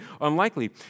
unlikely